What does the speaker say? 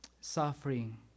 suffering